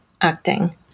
acting